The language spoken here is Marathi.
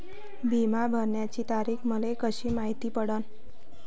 बिमा भराची तारीख मले कशी मायती पडन?